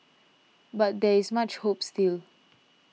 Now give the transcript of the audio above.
but there is much hope still